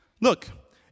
Look